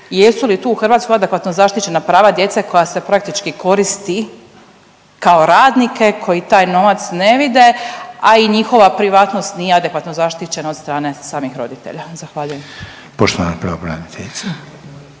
Jesu li tu u Hrvatskoj adekvatno zaštićena prava djece koja se praktički koristi kao radnike koji taj novac ne vide, a i njihova privatnost nije adekvatno zaštićena od strane samih roditelja. Zahvaljujem. **Reiner, Željko